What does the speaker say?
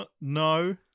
No